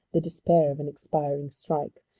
the despair of an expiring strike,